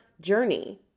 journey